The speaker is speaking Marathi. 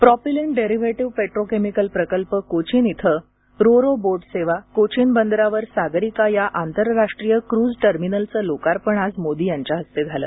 प्रॉपिलिन डेरिव्हेटिव्ह पेट्रोकेमिकल प्रकल्प कोचीन इथं रो रो बोट सेवा कोचीन बंदरावर सागरिका या आंतरराष्ट्रीय क्रुझ टर्मिनलचं लोकार्पण आज मोदी यांच्या हस्ते झालं